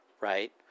right